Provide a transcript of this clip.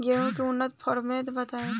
गेंहू के उन्नत प्रभेद बताई?